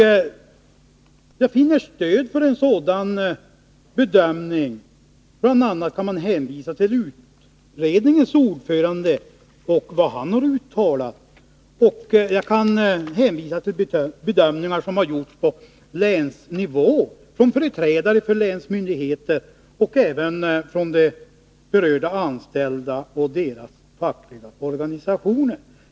Jag finner stöd för en sådan bedömning bl.a. hos utredningens ordförande och det han har uttalat. Jag kan hänvisa till bedömningar som har gjorts på länsnivå, från företrädare för länsmyndigheter och även från de anställda som berörs och deras fackliga organisationer.